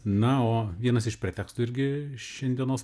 na o vienas iš pretekstų irgi šiandienos